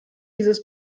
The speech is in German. dieses